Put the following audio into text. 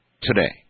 today